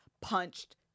punched